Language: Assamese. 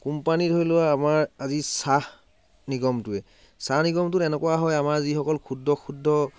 কোম্পানী ধৰি লোৱা আমাৰ আজি চাহ নিগমটোৱে চাহ নিগমটোত এনেকুৱা হয় আমাৰ যিসকল ক্ষুদ্ৰ ক্ষুদ্ৰ